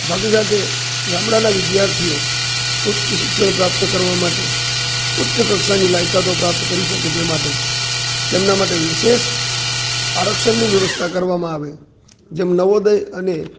સાથે સાથે ગામડાના વિદ્યાર્થીઓ ઉચ્ચ શિક્ષણ પ્રાપ્ત કરવા માટે ઉચ્ચ કક્ષાની લાયકાતો પ્રાપ્ત કરી શકે તે માટે તેમના માટે વિશેષ આરક્ષણની વ્યવસ્થા કરવામાં આવે જેમ નવોદય અને